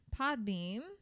Podbeam